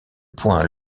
point